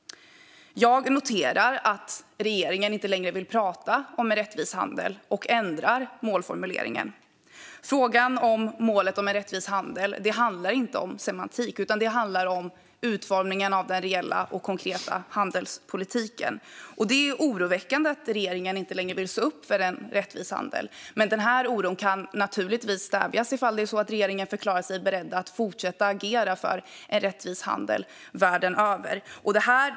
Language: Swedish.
Jag noterar att regeringen inte längre vill prata om en rättvis handel och ändrar målformuleringen. Målet om en rättvis handel handlar inte om semantik utan om utformningen av den reella och konkreta handelspolitiken, och det är oroväckande att regeringen inte längre vill stå upp för en rättvis handel. Den här oron kan naturligtvis stävjas ifall regeringen förklarar sig beredd att fortsätta agera för en rättvis handel världen över.